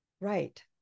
right